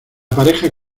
pareja